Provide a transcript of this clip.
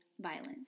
violent